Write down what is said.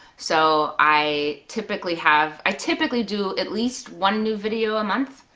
so i typically have, i typically do at least one new video a month,